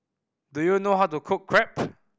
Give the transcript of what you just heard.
do you know how to cook Crepe